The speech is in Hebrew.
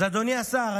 אז אדוני השר,